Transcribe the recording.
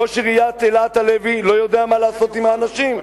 ראש עיריית אילת הלוי לא יודע מה לעשות עם האנשים.